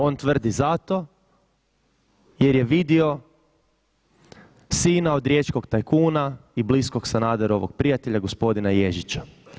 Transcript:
On tvrdi zato jer je vidio sina od riječkog tajkuna i bliskog Sanaderovog prijatelja gospodin Ježića.